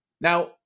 Now